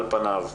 על פניו,